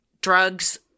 drugs